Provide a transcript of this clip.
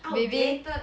maybe